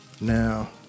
Now